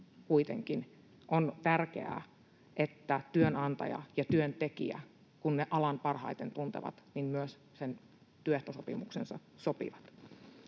kuitenkin on tärkeää, että työnantaja ja työntekijä, kun he alan parhaiten tuntevat, myös sen työehtosopimuksensa sopivat.